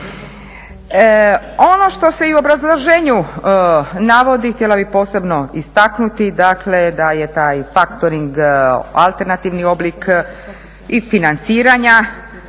Ono što se i u obrazloženju navodi, htjela bih posebno istaknut dakle da je taj faktoring alternativni oblik i financiranja,